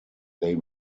they